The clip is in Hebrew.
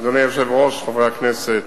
אדוני היושב-ראש, חברי הכנסת,